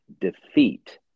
defeat